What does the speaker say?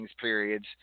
periods